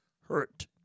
hurt